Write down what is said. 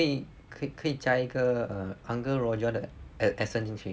eh 可以可以可以加一个 uh uncle roger 的 accent 进去